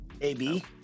A-B